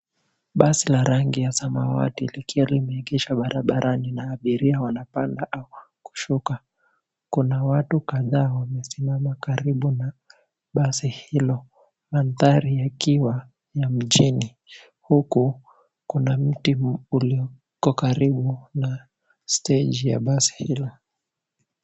Basi ya rangi ya samawati likiwa limeegeshwa barabarani na abiria wanapanda au kushuka. Kuna watu kataa wamesimama karibu na basi hilo maandari yakiwa ya mjini huku kuna miti ulioko karibu na stage ya basi hilo.